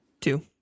Two